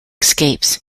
escapes